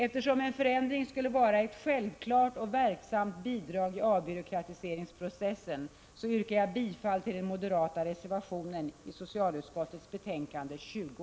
Eftersom en förändring skulle vara ett självklart och verksamt bidrag till avbyråkratiseringsprocessen, yrkar jag bifall till den moderata reservationen vid socialutskottets betänkande 20.